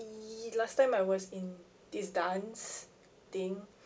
e the last time I was in this dance thing